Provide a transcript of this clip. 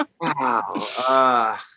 Wow